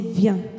viens